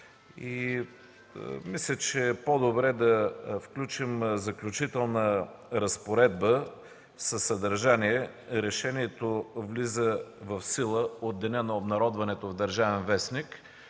Мисля, че е по-добре да включим Заключителна разпоредба със съдържание: „Решението влиза в сила от деня на обнародването в „Държавен вестник”.